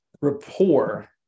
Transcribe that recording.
rapport